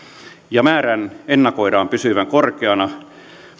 ja määrän ennakoidaan pysyvän korkeana